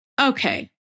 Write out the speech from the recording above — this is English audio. okay